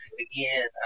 again